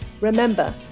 Remember